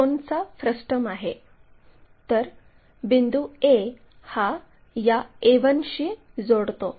तर बिंदू A हा या A1 शी जोडतो